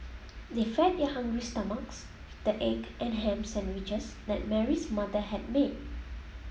they fed their hungry stomachs with the egg and ham sandwiches that Mary's mother had made